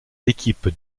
équipes